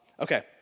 Okay